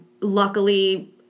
Luckily